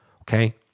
okay